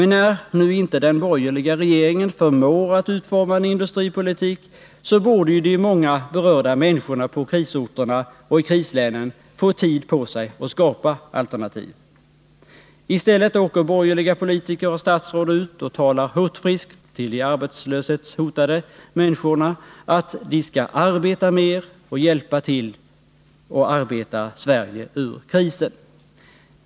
När nu inte den borgerliga regeringen förmår att utforma en industripolitik, så borde de många berörda människorna på krisorterna och krislänen få tid på sig att skapa alternativ. Men i stället åker borgerliga politiker och statsråd ut och talar hurtfriskt till de arbetslöshetshotade människorna. Man säger att de skall arbeta mer och hjälpa till att arbeta Sverige ur krisen.